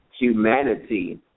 humanity